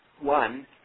one